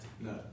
No